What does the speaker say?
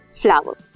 flower